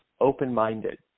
open-minded